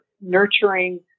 Nurturing